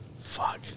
Fuck